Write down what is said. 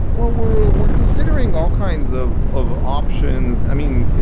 well, we're we're considering all kinds of of options. i mean,